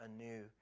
anew